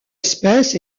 espèce